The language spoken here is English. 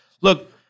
Look